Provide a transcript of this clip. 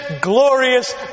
glorious